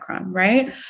Right